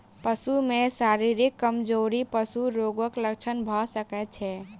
पशु में शारीरिक कमजोरी पशु रोगक लक्षण भ सकै छै